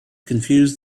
confuse